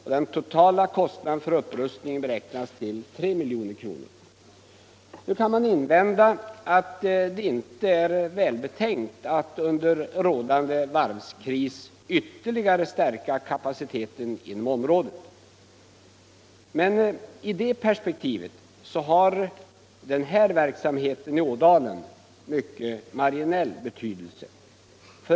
Den totala kostnaden för upprustningen beräknas till 3 milj.kr. "Man kan invända att det inte är välbetänkt att under rådande varvskris yuerligare stärka kapaciteten inom området. I det perspektivet har emellertid verksamheten i Ådalen marginell betydelse.